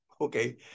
Okay